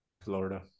florida